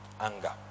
Anger